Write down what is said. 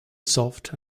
soft